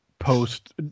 Post